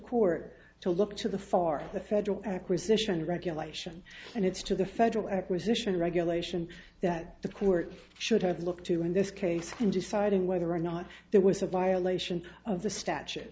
court to look to the for the federal acquisition regulation and it's to the federal acquisition regulation that the court should have looked to in this case in deciding whether or not there was a violation of the statu